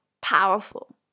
powerful